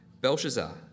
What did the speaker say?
Belshazzar